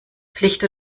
pflicht